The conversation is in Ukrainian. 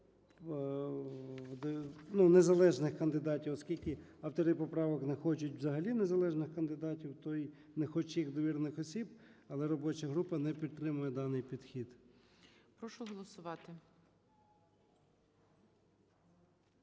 незалежних кандидатів, оскільки автори поправок не хочуть взагалі незалежних кандидатів, той не хоче їх довірених осіб. Але робоча група не підтримує даний підхід. ГОЛОВУЮЧИЙ. Прошу голосувати.